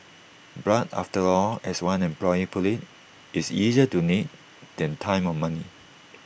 blood after all as one employee put IT is easier donate than time or money